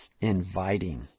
inviting